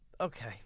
Okay